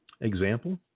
Example